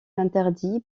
interdit